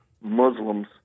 Muslims